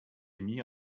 émis